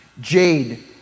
Jade